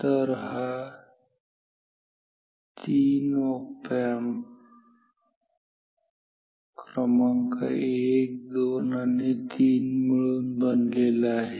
तर हा 3 op amp क्रमांक 1 2 आणि 3 मिळून बनलेला आहे